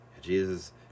Jesus